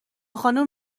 خانوم